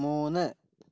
മൂന്ന്